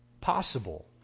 possible